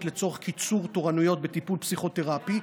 לצורך קיצור תורנויות בטיפול פסיכותרפי,